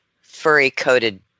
furry-coated